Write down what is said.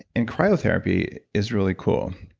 and cryotherapy is really cool.